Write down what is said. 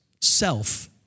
self